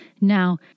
Now